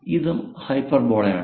അതിനാൽ ഇതും ഹൈപ്പർബോളയാണ്